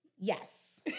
Yes